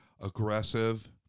aggressive